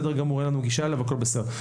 אין לנו גישה אליו והכול בסדר.